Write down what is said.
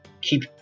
keep